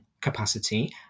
capacity